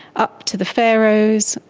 up to the faroes,